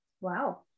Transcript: Wow